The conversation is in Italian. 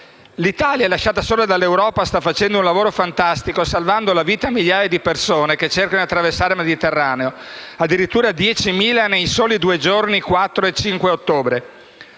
L’Italia, lasciata sola dall’Europa, sta facendo un lavoro fantastico, salvando la vita a migliaia di persone che cercano di attraversare il Mediterraneo: addirittura diecimila nei soli due giorni 4-5 ottobre.